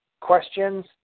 questions